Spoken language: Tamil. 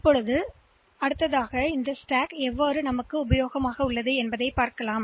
இப்போது இந்த அடுக்கு எவ்வாறு பயனுள்ளதாக இருக்கும் என்பதை அடுத்தது